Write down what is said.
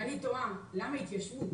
ואני תוהה: למה התיישבות?